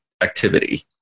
activity